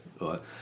right